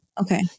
okay